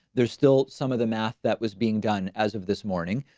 there's still some of the math that was being done as of this morning,